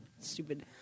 stupid